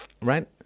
right